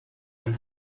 ein